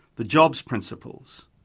the jobs principles.